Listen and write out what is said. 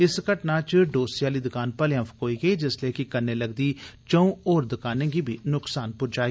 इस घटना च डोसे आली दुकान भलेआं फकोई गेई जिसलै कि कन्नै लगदी च'ऊं होर दुकानें गी बी नुकसान पुज्जा ऐ